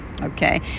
okay